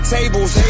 Tables